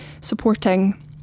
supporting